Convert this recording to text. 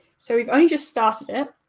so we've only just started it.